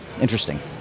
interesting